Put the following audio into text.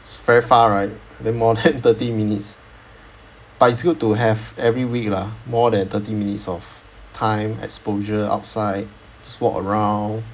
very far right need more than thirty minutes but it's good to have every week lah more than thirty minutes of time exposure outside just walk around